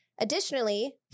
Additionally